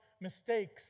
mistakes